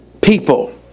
people